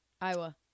Iowa